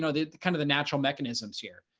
so the kind of the natural mechanisms here.